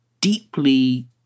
deeply